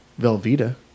Velveeta